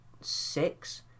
six